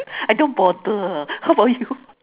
I don't bother how about you